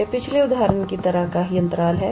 यह पिछले उदाहरण की तरह का ही अंतराल है